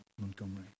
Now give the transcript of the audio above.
Montgomery